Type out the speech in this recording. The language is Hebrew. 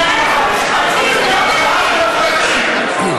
היועץ המשפטי, זה לא מספיק.